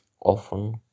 often